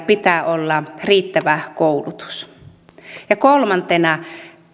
pitää olla riittävä koulutus ja kolmantena